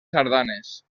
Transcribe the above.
sardanes